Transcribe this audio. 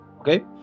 Okay